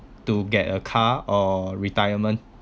to get a car or retirement